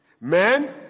Men